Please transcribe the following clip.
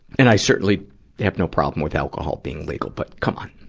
and i certainly have no problem with alcohol being legal. but, come on!